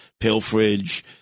pilferage